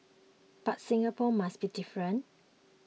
but Singapore must be different